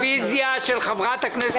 אנחנו מדברים עכשיו על סובסידיה,